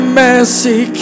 messy